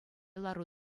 лару